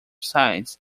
sides